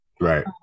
right